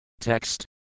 Text